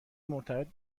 مرتبط